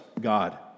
God